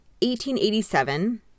1887